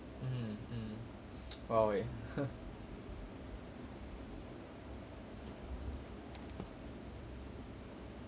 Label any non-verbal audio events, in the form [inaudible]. mm mm !walao! eh [laughs]